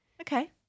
Okay